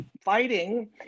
fighting